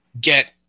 get